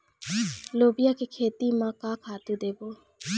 लोबिया के खेती म का खातू देबो?